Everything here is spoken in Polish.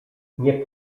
nie